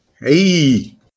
Hey